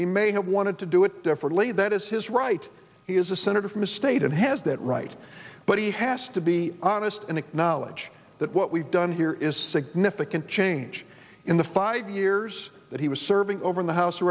he may have wanted to do it differently that is his right he is a senator from a state and has that right but he has to be honest and acknowledge that what we've done here is significant change in the five years that he was serving over in the house